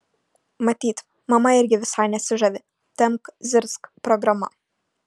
matyt mama irgi visai nesižavi tempk zirzk programa